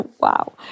wow